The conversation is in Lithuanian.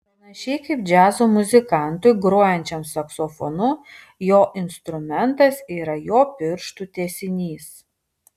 panašiai kaip džiazo muzikantui grojančiam saksofonu jo instrumentas yra jo pirštų tęsinys